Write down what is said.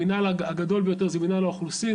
המנהל הגדול ביותר זה מנהל האוכלוסין,